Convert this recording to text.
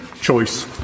choice